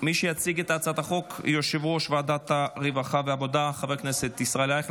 את הצעת החוק יושב-ראש ועדת הרווחה והעבודה חבר הכנסת ישראל אייכלר.